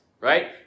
right